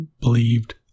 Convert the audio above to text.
believed